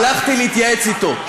הלכתי להתייעץ אתו,